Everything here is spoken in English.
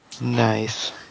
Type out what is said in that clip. Nice